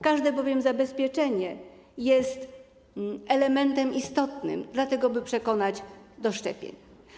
Każde bowiem zabezpieczenie jest elementem istotnym dla tego, by przekonać do szczepień.